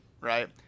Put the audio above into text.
right